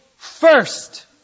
First